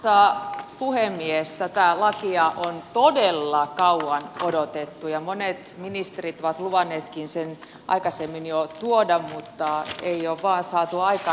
tätä lakia on todella kauan odotettu ja monet ministerit ovat luvanneetkin sen jo aikaisemmin tuoda mutta ei ole vain saatu aikaan